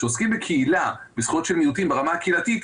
כשעוסקים בזכויות של מיעוטים ברמה הקהילתית,